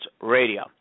Radio